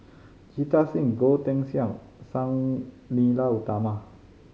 Jita Singh Goh Teck Sian Sang Nila Utama